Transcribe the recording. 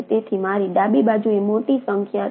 તેથી મારી ડાબી બાજુએ મોટી સંખ્યા છે